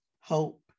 hope